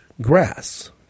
grass